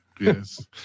Yes